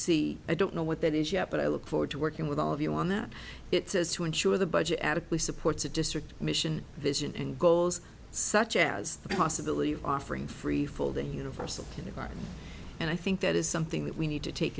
see i don't know what that is yet but i look forward to working with all of you on that it says to ensure the budget adequate supports the district mission vision and goals such as the possibility of offering free for the universal kindergarten and i think that is something that we need to take